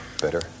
better